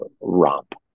romp